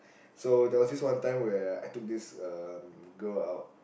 so there was this one time where I took this um girl out